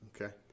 Okay